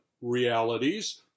realities